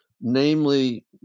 namely